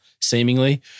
seemingly